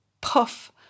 puff